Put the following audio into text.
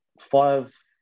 five